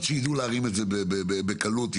להרים את זה בקלות,